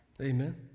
Amen